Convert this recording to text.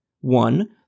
One